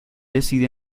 decide